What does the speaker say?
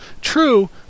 True